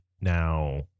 Now